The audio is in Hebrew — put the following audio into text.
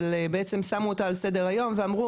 אבל בעצם שמו אותה על סדר היום ואמרו